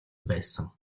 байсан